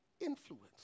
influence